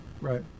Right